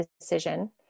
decision